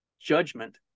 judgment